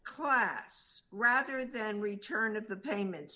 class rather than return of the payments